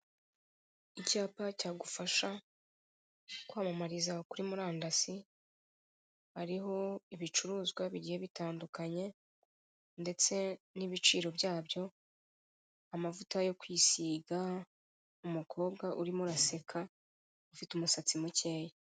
Icyapa cyagufasha kwamamariza kuri murandasi. Hariho ibicuruzwa bigiye bitandukanye ndetse n'ibiciro byabyo, amavuta yo kwisiga, umukobwa urimo uraseka ufite umusatsi mukeya.